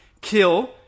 kill